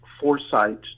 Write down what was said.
foresight